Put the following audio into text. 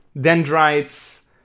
dendrites